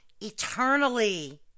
eternally